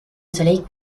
soleil